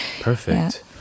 Perfect